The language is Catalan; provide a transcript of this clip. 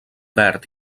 verd